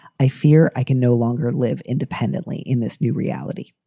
i fear i can no longer live independently in this new reality.